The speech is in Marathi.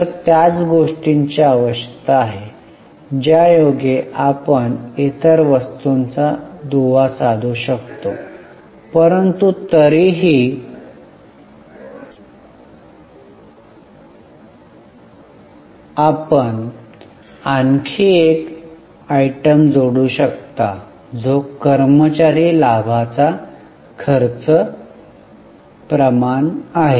तर त्याच गोष्टीची आवश्यकता आहे ज्यायोगे आपण इतर वस्तूंचा दुवा साधू शकतो परंतु तरीही आपण आणखी एक आयटम जोडू शकता जो कर्मचारी लाभाचा खर्च प्रमाण आहे